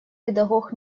педагог